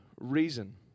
reason